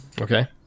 Okay